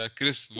Chris